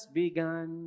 begun